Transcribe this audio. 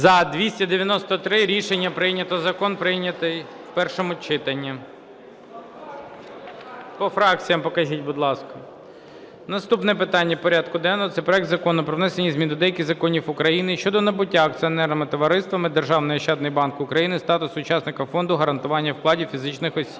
За-293 Рішення прийнято. Закон прийнято в першому читанні. По фракціям покажіть, будь ласка. Наступне питання порядку денного – це проект Закону про внесення змін до деяких законів України щодо набуття акціонерним товариством "Державний ощадний банк України" статусу учасника Фонду гарантування вкладів фізичних осіб